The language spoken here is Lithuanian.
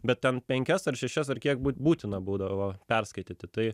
bet ten penkias ar šešias ar kiek būtina būdavo perskaityti tai